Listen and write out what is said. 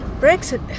Brexit